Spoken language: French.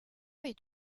est